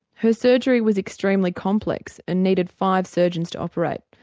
her surgery was extremely complex and needed five surgeons to operate.